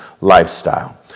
lifestyle